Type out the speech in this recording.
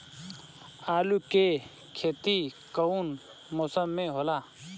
आलू के खेती कउन मौसम में होला?